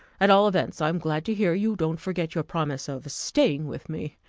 at all events, i am glad to hear you don't forget your promise of staying with me.